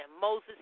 Moses